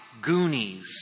Goonies